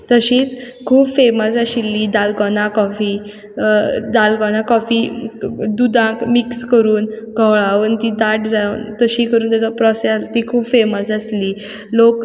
तशीच खूब फॅमस आशिल्ली दाल्गोना कॉफी कॉफी दुदांत मिक्स करून घोळोवून ती दाट जावन तशी करून तिचो प्रोसेस बीन खूब फॅमस आसली लोक